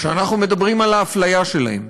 כשאנחנו מדברים על האפליה שלהם,